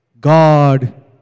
god